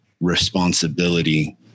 responsibility